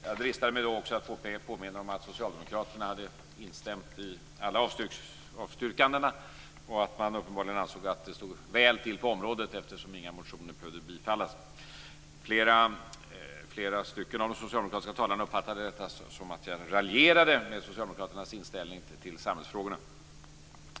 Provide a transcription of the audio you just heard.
Jag dristade mig då att också påminna om att socialdemokraterna hade instämt i alla avstyrkandena och att man uppenbarligen ansåg att det stod väl till på området eftersom inga motioner behövde tillstyrkas. Flera av de socialdemokratiska talarna uppfattade det som att jag raljerade med socialdemokraternas inställning till samhällsfrågor.